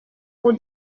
pour